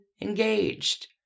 engaged